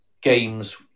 games